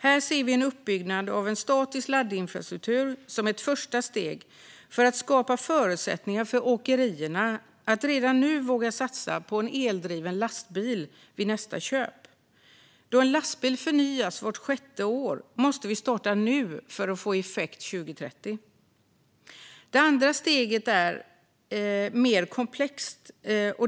Här ser vi uppbyggnad av en statisk laddinfrastruktur som ett första steg för att skapa förutsättningar för åkerierna att redan nu våga satsa på en eldriven lastbil vid nästa köp. Då en lastbil förnyas vart sjätte år måste vi starta nu för att få effekt till 2030. Det andra steget är mer komplext.